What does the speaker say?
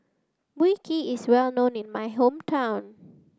Wui Kee is well known in my hometown